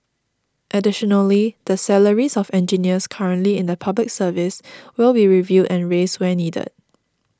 additionally the salaries of engineers currently in the Public Service will be reviewed and raised where needed